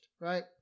Right